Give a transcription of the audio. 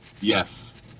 Yes